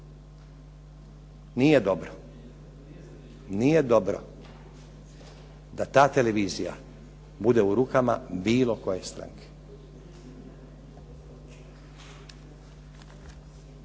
Nije dobro, nije dobro da ta televizija bude u rukama bilo koje stranke.